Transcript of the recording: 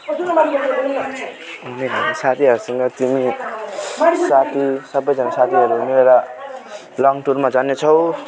साथीहरूसँग चाहिँ साथी सबजना साथीहरू मिलेर लङ टुरमा जाने छौँ